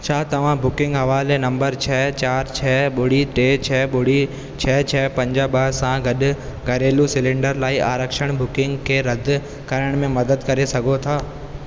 छा तव्हां बुकिंग हवाले नंबर छ चारि छ ॿुड़ी टे छह ॿुड़ी छ्ह छ्ह ॿ सां गॾु घरेलू सिलेंडर लाइ आरक्षण बुकिंग खे रद्द करण में मदद करे सघो था